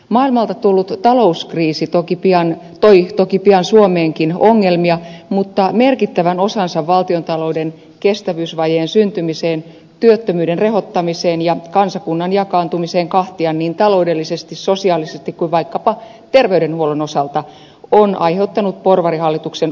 maailmalta tullut talouskriisi toi toki pian suomeenkin ongelmia mutta merkittävän osansa valtiontalouden kestävyysvajeen syntymiseen työttömyyden rehottamiseen ja kansakunnan jakaantumiseen kahtia niin taloudellisesti sosiaalisesti kuin vaikkapa terveydenhuollon osalta on aiheuttanut porvarihallituksen oma toiminta